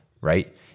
right